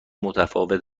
متفاوت